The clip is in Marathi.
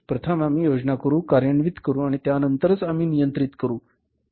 प्रथम आम्ही योजना करू कार्यान्वित करू आणि त्यानंतरच आम्ही नियंत्रित करू